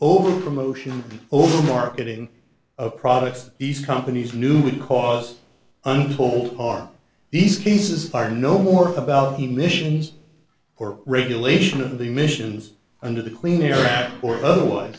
overall promotion all marketing of products these companies knew would cause untold are these cases are no more about emissions or regulation of the emissions under the clean air act or otherwise